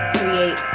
create